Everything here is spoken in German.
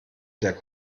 der